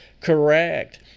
correct